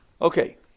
Okay